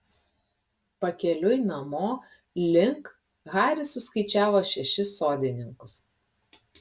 pakeliui namo link haris suskaičiavo šešis sodininkus